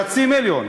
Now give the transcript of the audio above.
חצי מיליון.